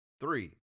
three